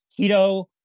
keto